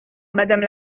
madame